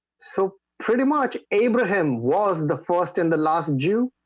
so pretty much abraham was the first and the last jew